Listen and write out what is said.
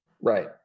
Right